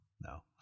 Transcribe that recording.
No